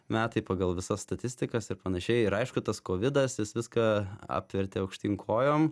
metai pagal visas statistikas ir panašiai ir aišku tas kovidas jis viską apvertė aukštyn kojom